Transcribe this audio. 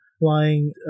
flying